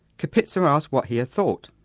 kapitza asked what he had thought.